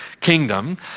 kingdom